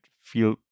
feel